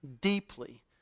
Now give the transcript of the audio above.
deeply